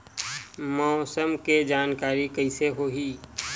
मौसम के जानकारी कइसे होही?